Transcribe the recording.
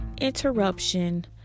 Interruption